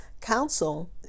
council